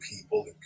people